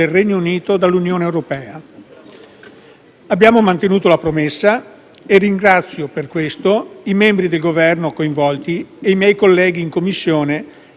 Abbiamo mantenuto la promessa, e ringrazio per questo i membri del Governo coinvolti e i miei colleghi in Commissione per il prezioso lavoro svolto.